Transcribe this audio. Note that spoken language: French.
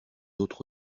autres